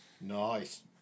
Nice